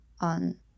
on